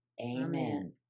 amen